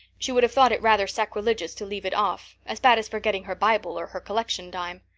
she would have thought it rather sacrilegious to leave it off as bad as forgetting her bible or her collection dime.